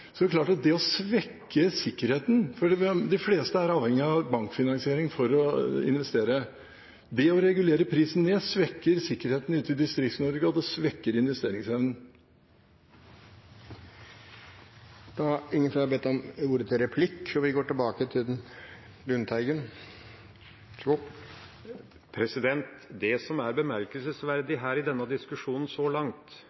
Så her har vi fundamentalt forskjellig innfallsvinkel. Når det gjelder investeringer: De fleste er avhengige av bankfinansiering for å investere. Det å regulere prisen ned svekker sikkerheten inn til Distrikts-Norge, og det svekker investeringsevnen. Det som er